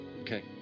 okay